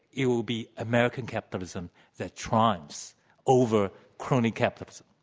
it will be american capitalism that triumphs over crony capitalism.